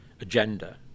agenda